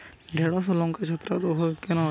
ঢ্যেড়স ও লঙ্কায় ছত্রাক রোগ কেন হয়?